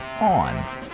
on